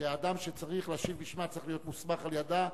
שהאדם שצריך להשיב בשמה צריך להיות מוסמך על-ידיה,